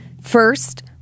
first